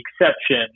exception